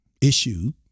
issue